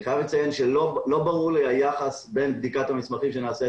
אני חייב לציין שלא ברור לי היחס בין בדיקת המסמכים שנעשית